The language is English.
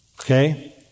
Okay